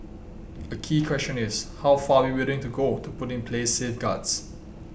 a key question is how far are we willing to go to put in place safeguards